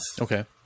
Okay